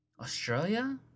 Australia